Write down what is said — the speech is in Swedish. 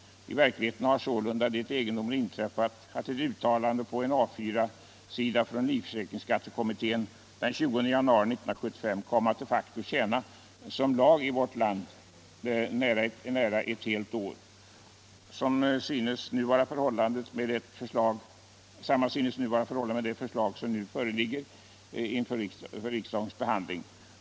I verkligheten har sålunda det egendomliga inträffat, att ett uttalande på en A4-sida från livförsäkringsskattekommittén den 20 januari 1975 kom att de facto tjäna som lag i vårt land nära ett helt år. Samma synes vara förhållandet med det förslag som nu förelägges riksdagen.